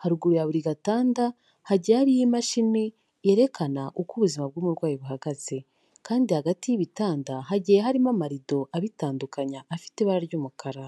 haruguru ya buri gatanda hagiye hariho imashini yerekana uko ubuzima bw'umurwayi buhagaze, kandi hagati y'ibitanda hagiye harimo amarido abitandukanya afite ibara ry'umukara.